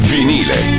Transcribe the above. Vinile